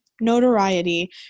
notoriety